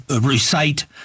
recite